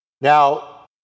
Now